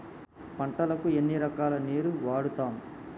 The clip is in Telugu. పంటలకు ఎన్ని రకాల నీరు వాడుతం?